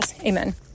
Amen